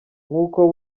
nk’uko